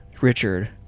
Richard